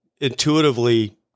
intuitively